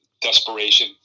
desperation